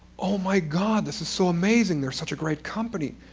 oh my god, this is so amazing. they're such a great company.